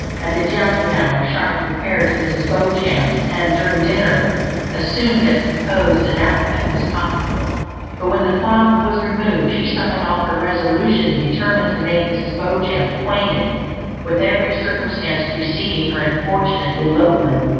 at the dining hour charlotte repaired to mrs. beauchamp's, and during dinner assumed as composed an aspect as possible but when the cloth was removed, she summoned all her resolution and determined to make mrs. beauchamp acquainted with every circumstance preceding her unfortunate elopement,